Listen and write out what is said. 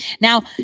Now